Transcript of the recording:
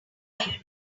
doing